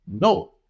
no